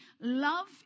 love